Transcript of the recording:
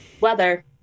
weather